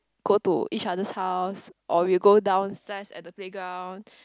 go to each others house or we go downstairs at the playground